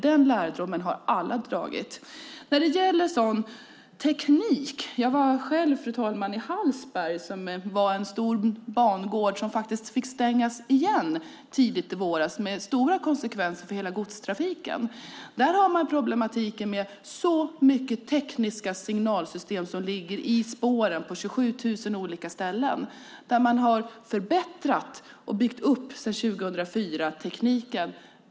Den lärdomen har alla dragit. Det gäller också tekniken. Jag har själv varit i Hallsberg, där den stora bangården fick stängas tidigt i våras med stora konsekvenser för hela godstrafiken. Där har man problematiken med att det är så mycket tekniska signalsystem som ligger i spåren på 27 000 olika ställen. Man har förbättrat och byggt upp tekniken sedan 2004.